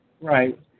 Right